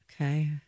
Okay